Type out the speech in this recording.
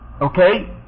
okay